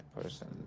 person